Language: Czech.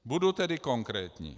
Budu tedy konkrétní.